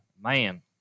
man